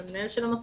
על המנהל של המוסד,